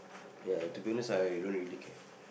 ya to be honest I don't really care